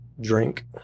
Drink